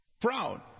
proud